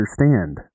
understand